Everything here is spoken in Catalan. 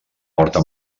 porta